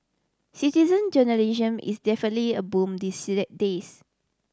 citizen journalism is definitely a boom days